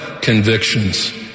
convictions